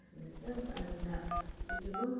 सुन्दैछस् अन्त के पो